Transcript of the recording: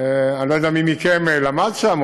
אני לא יודע מי מכם למד שם,